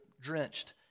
drenched